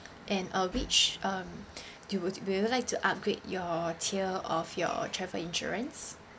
and uh which um you would will you like to upgrade your tier of your travel insurance